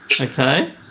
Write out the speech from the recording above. Okay